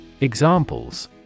Examples